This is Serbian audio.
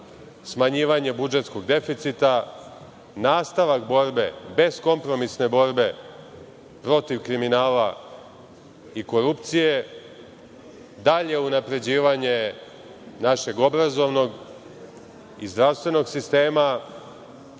smanjivanje budžetskog deficita, nastavak borbe, beskompromisne borbe protiv kriminala i korupcije, dalje unapređivanje našeg obrazovnog i zdravstvenog sistema,